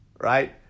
right